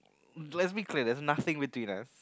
let's be clear there's nothing between us